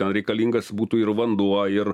ten reikalingas būtų ir vanduo ir